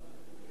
וכאן,